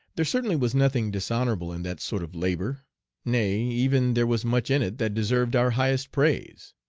there certainly was nothing dishonorable in that sort of labor nay, even there was much in it that deserved our highest praise.